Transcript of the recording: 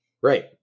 Right